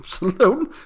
alone